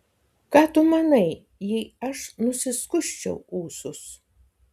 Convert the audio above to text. ką tu manai jei aš nusiskusčiau ūsus